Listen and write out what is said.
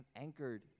anchored